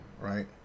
right